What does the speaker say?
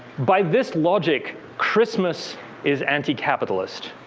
by this logic, christmas is anti-capitalist,